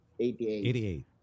88